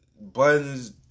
buttons